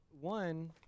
one